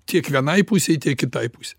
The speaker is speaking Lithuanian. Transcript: tiek vienai pusei tiek kitai pusei